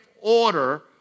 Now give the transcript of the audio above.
order